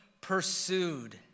pursued